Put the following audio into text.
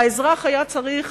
והאזרח היה צריך